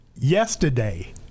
yesterday